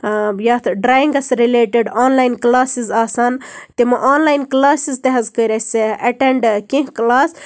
یتھ drawings related online classes آسان تِم آنلایِن کٕلاسِز تہِ حظ کٔر اَسہِ ایٚٹیٚنڈ کینٛہہ کٕلاس